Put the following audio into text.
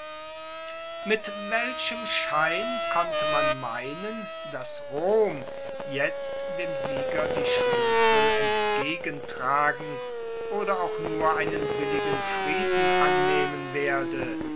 mit welchem schein konnte man meinen dass rom jetzt dem sieger die schluessel entgegentragen oder auch nur einen billigen frieden annehmen werde